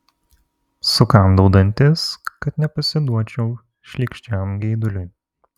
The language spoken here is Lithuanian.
sukandau dantis kad nepasiduočiau šlykščiam geiduliui